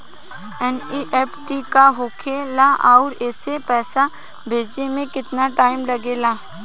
NEFT का होखे ला आउर एसे पैसा भेजे मे केतना टाइम लागेला?